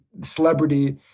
celebrity